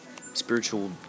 spiritual